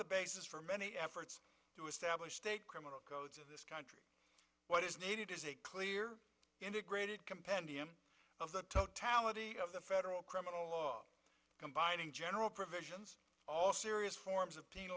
the basis for many efforts to establish state criminal codes of this country what is needed is a clear integrated compendium of the totality of the federal criminal law combining general provisions all serious forms of